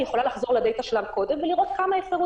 היא יכולה לחזור לדאטה שלה מקודם ולראות כמה הפרו